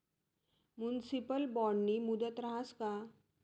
Municipal बॉन्डनी मुदत रहास का?